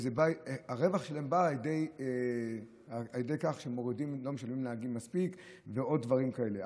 והרווח שלהן הוא על ידי כך שלא משלמים לנהגים מספיק ועוד דברים כאלה.